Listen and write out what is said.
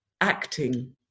acting